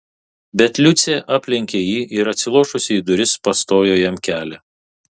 bet liucė aplenkė jį ir atsilošusi į duris pastojo jam kelią